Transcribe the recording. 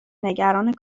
نگران